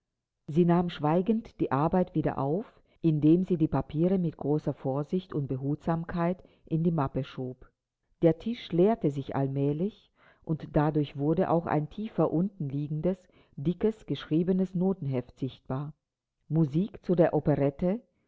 sie nahm schweigend die arbeit wieder auf indem sie die papiere mit großer vorsicht und behutsamkeit in die mappe schob der tisch leerte sich allmählich und dadurch wurde auch ein tiefer unten liegendes dickes geschriebenes notenheft sichtbar musik zu der operette